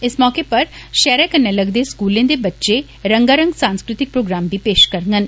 इस मौके पर शहरै कन्नै लगदे स्कूलें दे बच्चें रंगारंग सांस्कृतिक प्रोग्राम बी पेश करगन